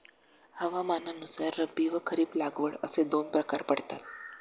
हवामानानुसार रब्बी व खरीप लागवड असे दोन प्रकार पडतात